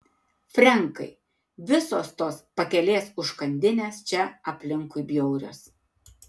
frenkai visos tos pakelės užkandinės čia aplinkui bjaurios